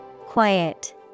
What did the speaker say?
Quiet